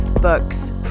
books